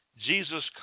Jesus